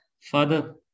Father